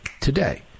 today